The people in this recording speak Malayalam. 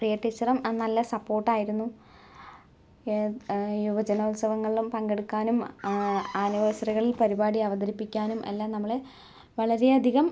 പ്രിയ ടീച്ചറും ആ നല്ല സപ്പോർട്ടായിരുന്നു യുവജനോത്സവങ്ങളിൽ പങ്കെടുക്കാനും ആനിവേഴ്സറികളിൽ പരിപാടി അവതരിപ്പിക്കാനും എല്ലാം നമ്മളെ വളരെയധികം